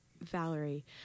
Valerie